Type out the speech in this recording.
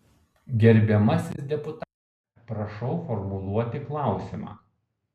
gerbiamasis deputate prašau formuluoti klausimą